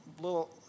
little